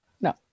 No